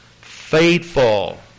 Faithful